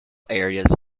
areas